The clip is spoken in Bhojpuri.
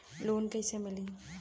लोन कइसे मिलि?